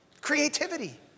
creativity